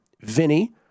Vinny